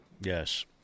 Yes